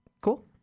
Cool